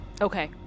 Okay